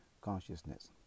consciousness